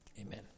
Amen